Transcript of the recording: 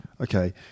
okay